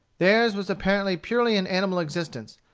theirs was apparently purely an animal existence,